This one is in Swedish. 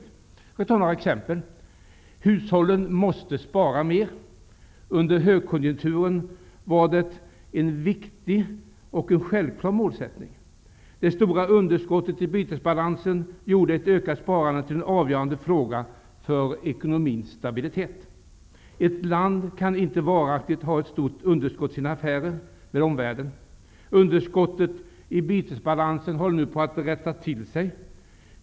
Jag skall ge några exempel. Hushållen måste spara mera. Under högkonjunkturen var det en viktig och självklar målsättning. Det stora underskottet i bytesbalansen gjorde ett ökat sparande till en avgörande fråga för ekonomins stabilitet. Ett land kan inte varaktigt ha ett stort underskott i sina affären med omvärlden. Underskottet i bytesbalansen håller nu på att rätta till sig.